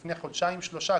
ללפני חודשיים-שלושה,